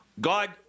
God